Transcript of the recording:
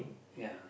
ya